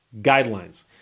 guidelines